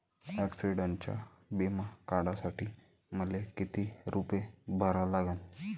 ॲक्सिडंटचा बिमा काढा साठी मले किती रूपे भरा लागन?